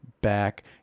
back